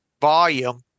volume